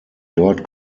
dort